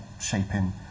shaping